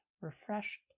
refreshed